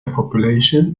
population